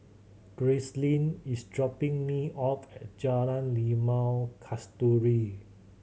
Gracelyn is dropping me off at Jalan Limau Kasturi